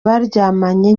baryamanye